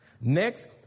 Next